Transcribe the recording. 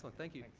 thank you.